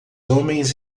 homens